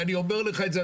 ואני אומר לך את זה,